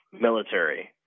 military